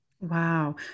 Wow